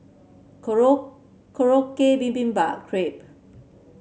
Korokke Bibimbap Crepe